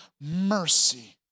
mercy